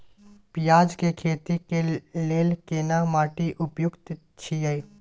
पियाज के खेती के लेल केना माटी उपयुक्त छियै?